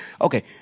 Okay